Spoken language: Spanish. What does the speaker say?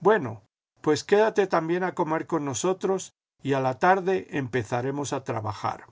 bueno pues quédate también a comer con nosotros y a la tarde empezaremos a trabajar